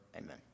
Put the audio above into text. Amen